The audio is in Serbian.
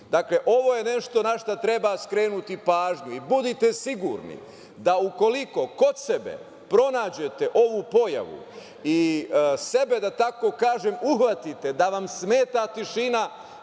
tišinu. Dakle, ovo je nešto na šta treba skrenuti pažnju. Budite sigurni da ukoliko kod sebe pronađete ovu pojavu i sebe da tako kažem uhvatite da vam smeta tišina,